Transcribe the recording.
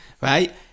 right